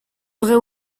vraie